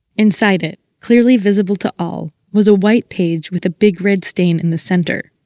inside it, clearly visible to all, was a white page with a big red stain in the center.